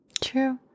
True